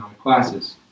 classes